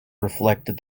reflected